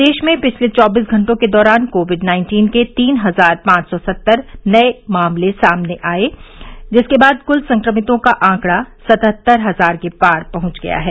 प्रदेश में पिछले चौबीस घटों के दौरान कोविड नाइन्टीन के तीन हजार पांच सौ सत्तर नए मामले सामने आए हैं जिसके बाद कुल संक्रमितों का आंकड़ा सतहत्तर हजार के पार पहुंच गया है